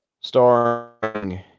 starring